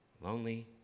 lonely